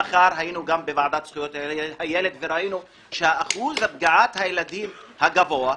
היינו גם בוועדת זכויות הילד וראינו שאחוז הפגיעה בילדים הגבוה,